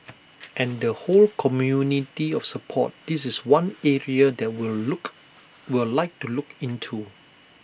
and the whole community of support this is one area that we'll look we'll like to look into